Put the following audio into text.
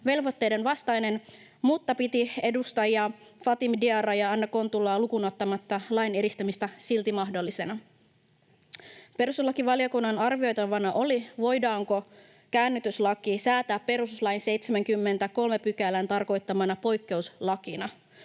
ihmisoikeusvelvoitteiden vastainen, mutta piti edustajia Fatim Diarra ja Anna Kontula lukuun ottamatta lain edistämistä silti mahdollisena. Perustuslakivaliokunnan arvioitavana oli, voidaanko käännytyslaki säätää perustuslain 73 §:n tarkoittamana poikkeuslakina.